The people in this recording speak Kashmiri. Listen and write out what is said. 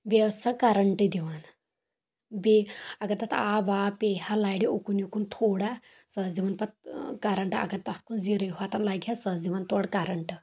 بییٚہِ ٲس سۄ کرنٹ دِوان بییٚہِ اگر تتھ آب واب پیٚیہِ ہا لرِ اُکُن یِکُن تھوڑا سۄ ٲس دِوان پتہِ کرنٛٹ اگر تتھ کُن زیٖرے ہوتن لگہا سۄ ٲسۍ دِوان تورٕ کرنٛٹ